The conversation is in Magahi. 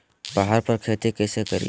पहाड़ पर खेती कैसे करीये?